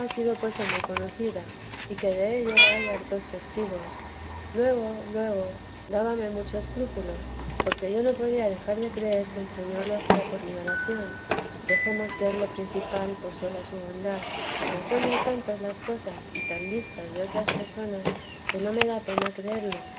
sido o muy conocida y que dello hay hartos testigos luego luego dábame mucho escrúpulo porque yo no podía dejar de creer que el señor lo hacía por mi oración dejemos ser lo principal por sola su bondad mas son ya tantas las cosas y tan vistas de otras personas que no me da pena creerlo